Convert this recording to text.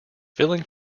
filling